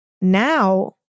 now